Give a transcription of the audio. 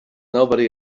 nobody